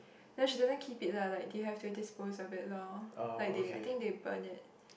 ya she doesn't keep it lah like they have to dispose of it lor like they I think they burn it